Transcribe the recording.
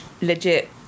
legit